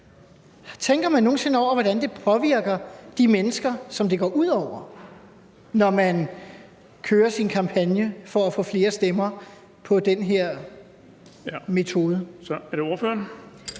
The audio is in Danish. Tænker man nogen sinde over, hvordan det påvirker de mennesker, som det går ud over, når man kører sin kampagne for at få flere stemmer på den her metode?